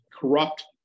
corrupt